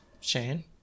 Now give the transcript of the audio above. Shane